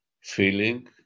feeling